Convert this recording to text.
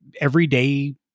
everyday